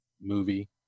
movie